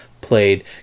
played